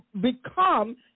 become